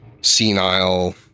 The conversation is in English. senile